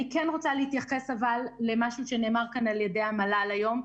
אני כן רוצה להתייחס למשהו שנאמר כאן על ידי המל"ל היום,